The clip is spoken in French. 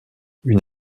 une